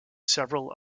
several